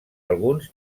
alguns